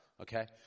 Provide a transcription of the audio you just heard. Okay